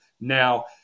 Now